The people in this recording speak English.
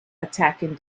attacking